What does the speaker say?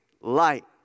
light